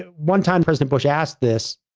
ah one time, president bush asked this,